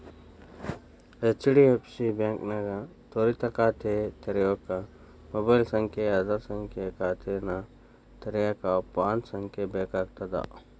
HDFC ಬಾಂಕ್ನ್ಯಾಗ ತ್ವರಿತ ಖಾತೆ ತೆರ್ಯೋಕ ಮೊಬೈಲ್ ಸಂಖ್ಯೆ ಆಧಾರ್ ಸಂಖ್ಯೆ ಖಾತೆನ ತೆರೆಯಕ ಪ್ಯಾನ್ ಸಂಖ್ಯೆ ಬೇಕಾಗ್ತದ